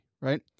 right